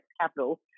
Capital